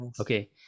okay